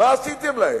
מה עשיתם להם?